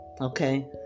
okay